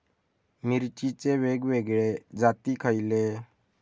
मिरचीचे वेगवेगळे जाती खयले?